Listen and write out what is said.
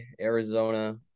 Arizona